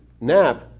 nap